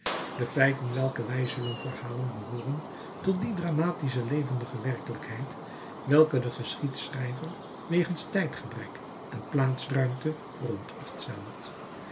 de feiten welke wij zullen verhalen behooren tot die dramatische levendige werkelijkheid welke de geschiedschrijver wegens tijdgebrek en plaatsruimte veronachtzaamt